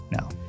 No